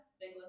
big